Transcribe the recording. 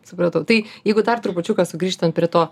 supratau tai jeigu dar trupučiuką sugrįžtant prie to